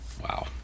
Wow